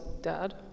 Dad